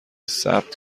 ثبت